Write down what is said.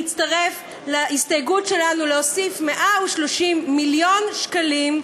להצטרף להסתייגות שלנו להוסיף 130 מיליון שקלים,